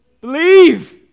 believe